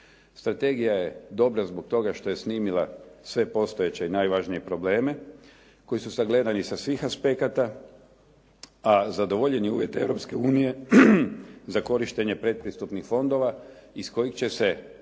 Strategija je dobra zbog toga što je snimila sve postojeće i najvažnije probleme koji su sagledani sa svih aspekata, a zadovoljeni uvjet Europske unije za korištenje pretpristupnih fondova iz kojih će se financirati